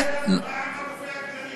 מה עם הרופא הכללי?